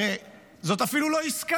הרי זאת אפילו לא עסקה,